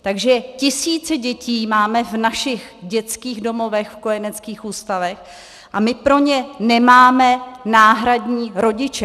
Takže tisíce dětí máme v našich dětských domovech, v kojeneckých ústavech a my pro ně nemáme náhradní rodiče.